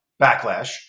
backlash